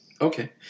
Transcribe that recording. Okay